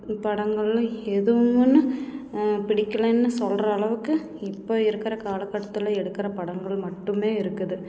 படங்களென்னு எதுவுமுன்னு பிடிக்கலைன்னு சொல்கிற அளவுக்கு இப்போ இருக்கிற காலக்கட்டத்தில் எடுக்கிற படங்கள் மட்டுமே இருக்குது